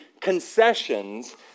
concessions